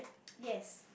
yes